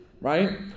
Right